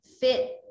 fit